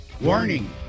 warning